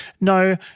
no –